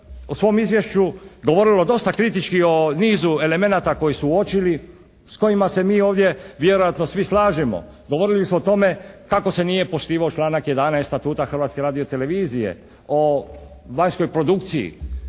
u svom izvješću govorilo dosta kritički o nizu elemenata koji su uočili, s kojima se mi ovdje vjerojatno svi slažemo. Govorilo se o tome kako se nije poštivao članak 11. Statuta Hrvatske radio-televizije o vanjskoj produkciji.